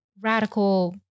radical